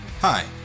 Hi